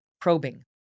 probing